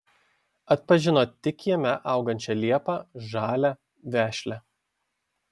atpažino tik kieme augančią liepą žalią vešlią